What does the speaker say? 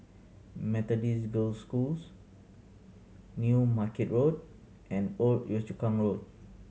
Methodist Girls' Schools New Market Road and Old Yio Chu Kang Road